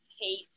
hate